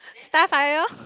star fire